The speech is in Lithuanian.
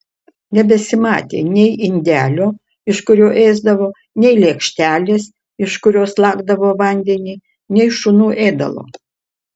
nebesimatė nei indelio iš kurio ėsdavo nei lėkštelės iš kurios lakdavo vandenį nei šunų ėdalo